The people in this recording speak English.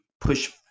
push